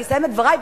אני אסיים את דברי,